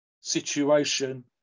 situation